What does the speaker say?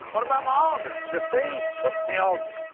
what about my auger? the thieves took the auger.